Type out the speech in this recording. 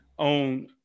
on